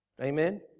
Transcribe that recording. Amen